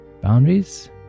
boundaries